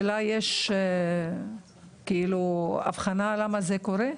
יש הבחנה למה זה קורה?